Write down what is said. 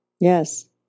Yes